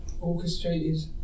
orchestrated